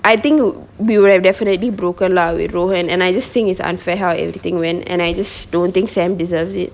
I think we would have definitely broken lah with rowen and I just think it's unfair how everything went and I just don't think sam deserves it